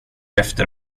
efter